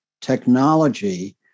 technology